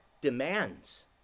demands